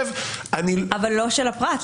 אבל לא של הפרט.